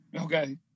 okay